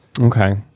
Okay